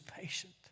patient